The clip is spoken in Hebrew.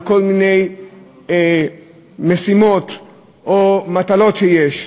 על כל מיני משימות או מטלות שיש,